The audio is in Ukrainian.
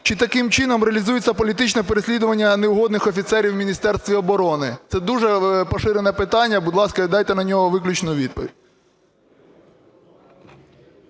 чи таким чином реалізується політичне переслідування неугодних офіцерів в Міністерстві оборони? Це дуже поширене питання. Будь ласка, дайте на нього виключну відповідь.